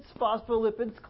phospholipids